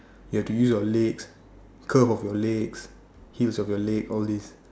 you have to use your leg curve of your legs hills of your leg all this